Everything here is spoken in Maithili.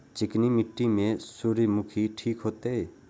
चिकनी मिट्टी में सूर्यमुखी ठीक होते?